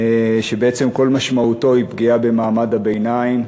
שבעצם כל משמעותו היא פגיעה במעמד הביניים,